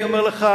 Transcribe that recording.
אני אומר לך,